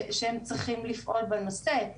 שצריכים לפעול בנושא,